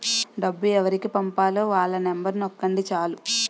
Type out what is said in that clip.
డబ్బు ఎవరికి పంపాలో వాళ్ళ నెంబరు నొక్కండి చాలు